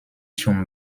zum